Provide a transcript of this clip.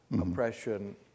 oppression